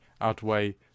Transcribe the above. outweigh